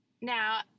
Now